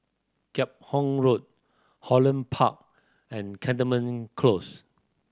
Kheam Hock Road Holland Park and Cantonment Close